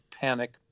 panic